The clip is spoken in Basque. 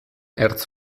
ertz